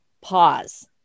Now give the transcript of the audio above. pause